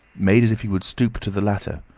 made as if he would stoop to the latter,